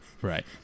right